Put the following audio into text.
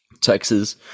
Texas